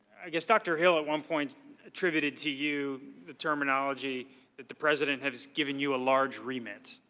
i guess doctor hill at one point adistricted to you the terminology that the president has given you a large remix,